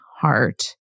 heart